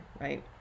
right